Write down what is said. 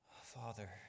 Father